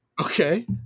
Okay